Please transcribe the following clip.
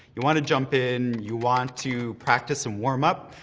you wanna jump in, you want to practice some warm-up,